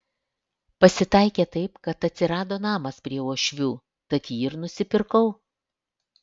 pasitaikė taip kad atsirado namas prie uošvių tad jį ir nusipirkau